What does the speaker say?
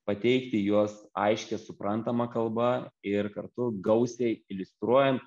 pateikti juos aiškia suprantama kalba ir kartu gausiai iliustruojant